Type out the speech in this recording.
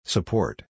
Support